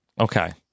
Okay